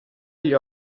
gli